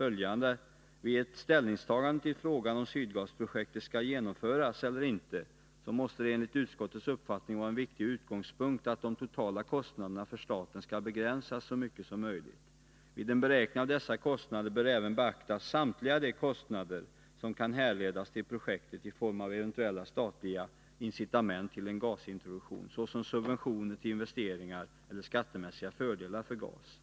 11: ”Vid ett ställningstagande till frågan om Sydgasprojektet skall genomföras eller inte måste det enligt utskottets uppfattning vara en viktig utgångspunkt att de totala kostnaderna för staten skall begränsas så mycket som möjligt. Vid en beräkning av dessa kostnader bör även beaktas samtliga de kostnader som kan härledas till projektet i form av eventuella statliga incitament till en gasintroduktion, såsom subventioner till investeringar eller skattemässiga fördelar för gas.